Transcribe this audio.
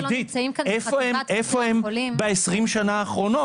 איפה הם ב-20 שנים האחרונות,